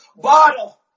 bottle